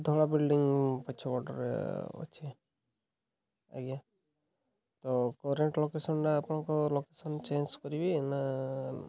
ଧଳା ବିଲ୍ଡିଂ ପଛପଟେ ଅଛି ଆଜ୍ଞା ତ କରେଣ୍ଟ୍ ଲୋକେସନ୍ଟା ଆପଣଙ୍କ ଲୋକେସନ୍ ଚେଞ୍ଜ କରିବି ନା